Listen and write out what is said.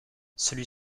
celui